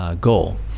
goal